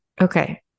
Okay